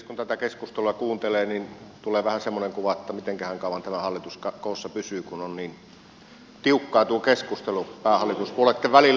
kun tätä keskustelua kuuntelee niin tulee vähän semmoinen kuva että mitenkähän kauan tämä hallitus koossa pysyy kun on niin tiukkaa tuo keskustelu päähallituspuolueitten välillä